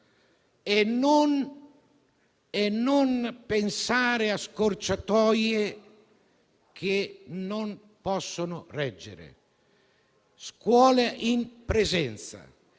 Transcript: e non pensare a scorciatoie che non possono reggere. Scuole in presenza.